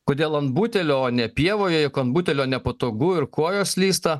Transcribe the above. kodėl ant butelio o ne pievoje juk ant butelio nepatogu ir kojos slysta